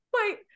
Wait